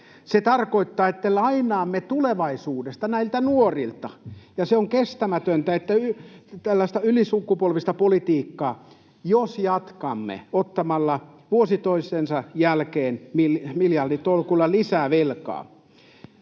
Se tarkoittaa, että lainaamme tulevaisuudesta — näiltä nuorilta — ja se on kestämätöntä, tällaista ylisukupolvista politiikkaa, [Aino-Kaisa Pekosen välihuuto] jos jatkamme ottamalla vuosi toisensa jälkeen miljarditolkulla lisää velkaa.